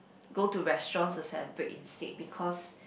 go to restaurants to celebrate instead because